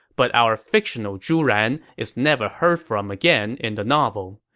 but our fictional zhu ran is never heard from again in the novel.